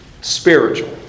spiritual